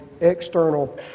external